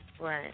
Right